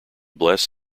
bless